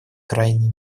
крайней